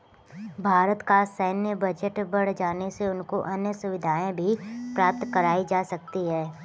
भारत का सैन्य बजट बढ़ जाने से उनको अन्य सुविधाएं भी प्राप्त कराई जा सकती हैं